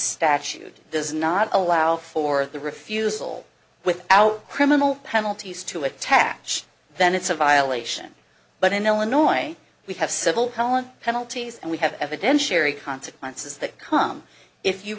statute does not allow for the refusal without criminal penalties to attach then it's a violation but in illinois we have civil cala penalties and we have evidentiary consequences that come if you